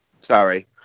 sorry